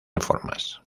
reformas